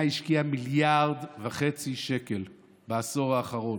השקיעה מיליארד וחצי שקל בעשור האחרון,